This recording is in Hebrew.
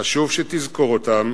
חשוב שתזכור אותם